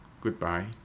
Goodbye